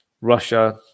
russia